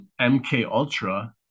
MKUltra